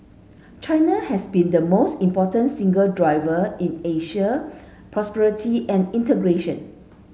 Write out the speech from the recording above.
China has been the most important single driver in Asia's prosperity and integration